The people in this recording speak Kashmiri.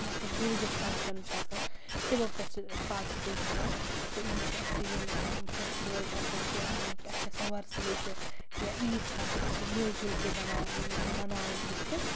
مطلب رٮ۪لِجَس فَنٛگشَن چھِ آسان تِمو پٮ۪ٹھ چھِ أسۍ پاٹِسِپیٹ کَران تہٕ یِم چھِ اَسہِ یِم فیسٹِوَلٕز آسان کہِ اَسہِ چھِ آسان وۄرثہٕ ییٚتہِ یا عیٖد چھِ آسان أسۍ چھِ مِل جُل کے بَناوا مَناوان تِم تہٕ